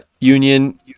Union